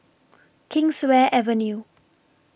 Kingswear Avenue